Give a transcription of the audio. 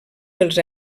dels